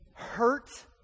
hurt